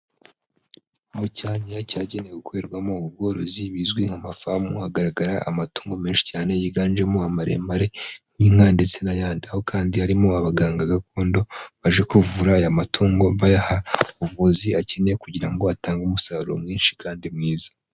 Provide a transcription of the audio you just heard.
Mu cyanyaya cyagenewe gukorerwamo ubworozi bizwi nk'amafamu hagaragara amatungo menshi cyane yiganjemo amaremare, inka ndetse n'ayandi, aho kandi harimo abaganga gakondo baje kuvura aya matungo bayaha ubuvuzi akeneye kugira ngo atange umusaruro mwinshi kandi mwiza.